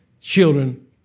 children